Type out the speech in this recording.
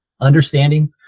understanding